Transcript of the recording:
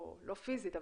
לא פיזית,